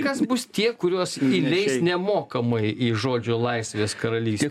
kas bus tie kuriuos įleis nemokamai į žodžio laisvės karalystę